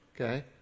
okay